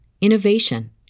innovation